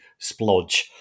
splodge